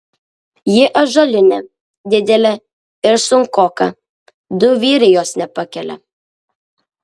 ji ąžuolinė didelė ir sunkoka du vyrai jos nepakelia